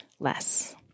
less